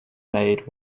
maid